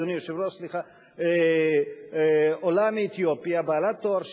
אדוני היושב-ראש, עולה מאתיופיה, בעלת תואר שני,